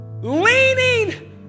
Leaning